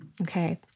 Okay